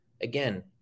Again